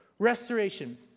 restoration